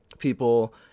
people